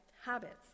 habits